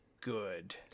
good